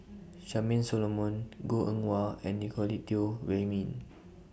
Charmaine Solomon Goh Eng Wah and Nicolette Teo Wei Min